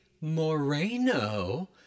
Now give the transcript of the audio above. Moreno